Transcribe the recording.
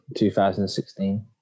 2016